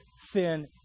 sin